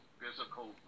physical